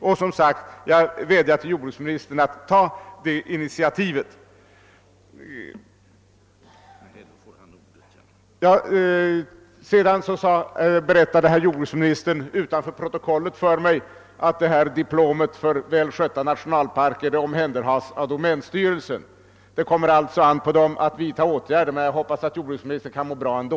Jag vädjar, som sagt, till jordbruksministern om att ta initiativ till detta. Utanför protokollet berättade jordbruksministern för mig att diplomet för välskötta nationalparker omhänderhas av domänstyrelsen. Det kommer alltså an på denna att vidta åtgärder, men jag hoppas att jordbruksministern kan må bra ändå!